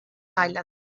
thailand